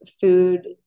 food